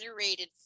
generated